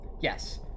Yes